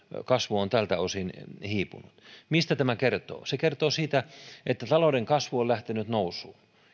kasvu on tältä osin hiipunut mistä tämä kertoo se kertoo siitä että talouden kasvu on lähtenyt nousuun